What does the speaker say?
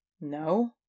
No